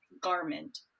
garment